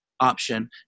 option